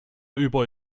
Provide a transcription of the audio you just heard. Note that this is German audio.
über